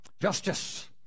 Justice